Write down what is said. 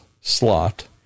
slot